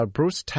Bruce